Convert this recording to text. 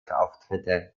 auftritte